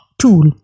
tool